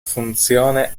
funzione